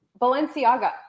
balenciaga